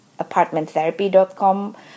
apartmenttherapy.com